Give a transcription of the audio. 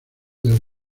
del